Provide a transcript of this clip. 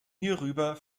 hierüber